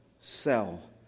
sell